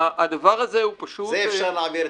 הדבר הזה הוא פשוט ------ זה אפשר להעביר,